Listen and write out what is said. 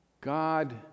God